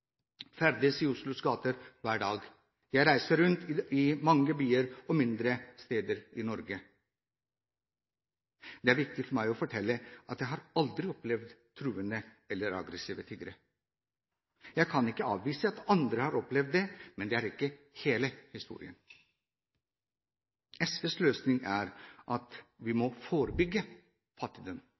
ferdes i Oslos gater hver dag. Jeg reiser rundt i mange byer og på mindre steder i Norge. Det er viktig for meg å fortelle at jeg har aldri opplevd truende eller aggressive tiggere. Jeg kan ikke avvise at andre har opplevd det, men det er ikke hele historien. SVs løsning er at vi må forebygge fattigdom,